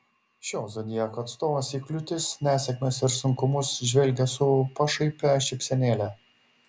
šio zodiako atstovas į kliūtis nesėkmes ir sunkumus žvelgia su pašaipia šypsenėle